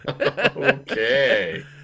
Okay